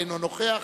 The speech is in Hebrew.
אינו נוכח,